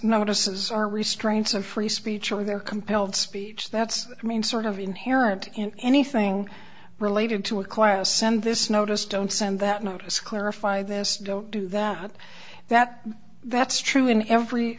notices are restraints of free speech or they're compelled speech that's i mean sort of inherent in anything related to acquire some this notice don't send that notice clarify this don't do that not that that's true in every